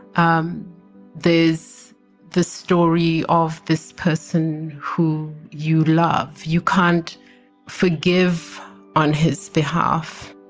um this is the story of this person who you love you can't forgive on his behalf,